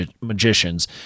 magicians